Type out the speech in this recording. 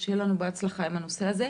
שיהיה לנו בהצלחה עם הנושא הזה.